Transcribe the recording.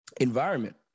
environment